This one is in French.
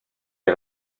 les